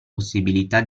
possibilità